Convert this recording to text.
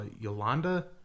Yolanda